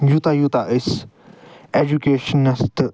یوٗتاہ یوٗتاہ أسۍ ایجوکٮ۪شنس تہٕ